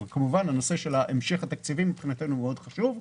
אבל כמובן המשך התקציבים מבחינתנו חשוב מאוד.